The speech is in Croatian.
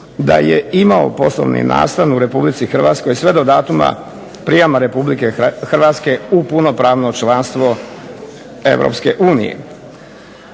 da je imao poslovni nastan u Republici Hrvatskoj sve do datuma prijama Republike Hrvatske u punopravno članstvo